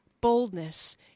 boldness